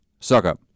Suckup